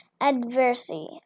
Adversity